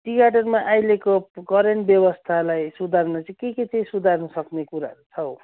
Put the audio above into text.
T गार्डनमा अहिलेको current व्यवस्थालाई सुधार्न चाहिँ के के चाहिँ सुधार्नसक्ने कुराहरू छ हौ